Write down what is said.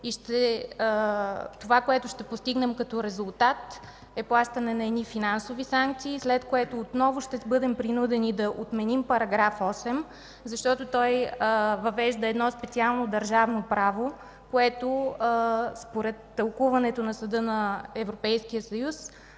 това, което ще постигнем като резултат е плащане на едни финансови санкции, след което отново ще бъдем принудени да отменим § 8, защото той въвежда едно специално държавно право, което, според тълкуването на Съда на Европейския съюз,